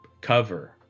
cover